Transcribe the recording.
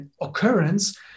occurrence